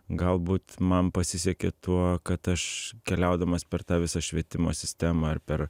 galbūt man pasisekė tuo kad aš keliaudamas per tą visą švietimo sistemą ar per